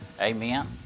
Amen